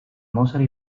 mozart